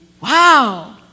Wow